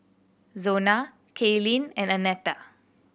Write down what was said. Zona Cailyn and Annetta